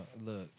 look